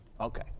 okay